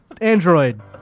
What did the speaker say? android